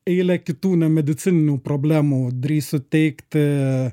eilę kitų medicininių problemų drįsiu teigti